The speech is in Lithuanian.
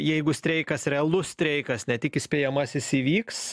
jeigu streikas realus streikas ne tik įspėjamasis įvyks